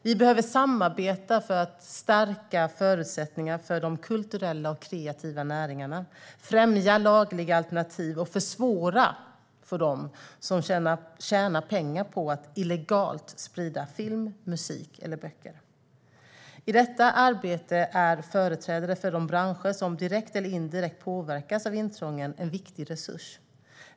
Vi behöver samarbeta för att stärka förutsättningarna för de kulturella och kreativa näringarna, främja lagliga alternativ och försvåra för dem som tjänar pengar på att illegalt sprida film, musik eller böcker. I detta arbete är företrädare för de branscher som direkt eller indirekt påverkas av intrången en viktig resurs.